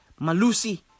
Malusi